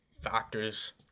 factors